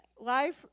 Life